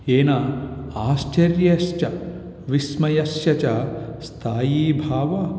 येन आश्चर्यश्च विस्मयस्य च स्थायीभावः